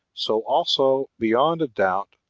so also, beyond a doubt,